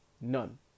None